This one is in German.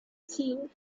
ziel